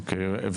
אוקיי.